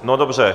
No dobře.